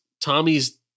Tommy's